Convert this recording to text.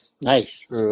Nice